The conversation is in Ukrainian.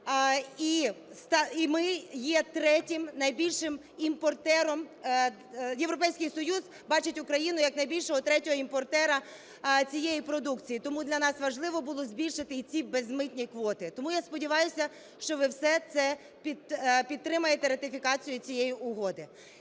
і ми є третім найбільшим імпортером… Європейський Союз бачить Україну як найбільшого третього імпортера цієї продукції, тому для нас важливо було збільшити і ці безмитні квоти. Тому я сподіваюся, що ви все це підтримаєте, ратифікацію цієї угоди.